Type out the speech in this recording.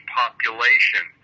population